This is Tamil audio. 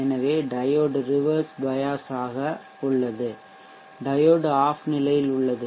எனவே டையோடு ரிவெர்ஷ் பயஷ் ஆக உள்ளது டையோடு ஆஃப் நிலையில் உள்ளது